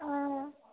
অঁ